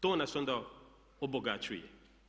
To nas onda obogaćuje.